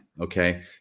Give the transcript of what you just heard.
okay